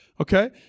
Okay